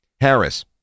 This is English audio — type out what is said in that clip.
Harris